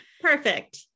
Perfect